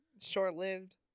Short-lived